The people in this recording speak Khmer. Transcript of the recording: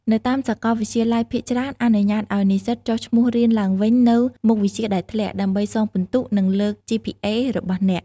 នៅតាមសាកលវិទ្យាល័យភាគច្រើនអនុញ្ញាតឲ្យនិស្សិតចុះឈ្មោះរៀនឡើងវិញនូវមុខវិជ្ជាដែលធ្លាក់ ដើម្បីសងពិន្ទុ និងលើក GPA របស់អ្នក។